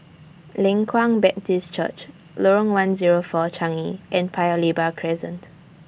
Leng Kwang Baptist Church Lorong one Zero four Changi and Paya Lebar Crescent